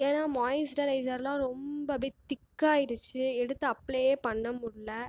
ஏன்னா மாய்ஸ்டரைஸர்லாம் ரொம்ப அப்படியே திக்கா ஆகிடுச்சு எடுத்து அப்லேயே பண்ண முடில்ல